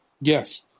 Yes